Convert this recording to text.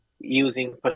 using